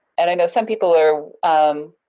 and i know some people are um,